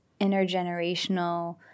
intergenerational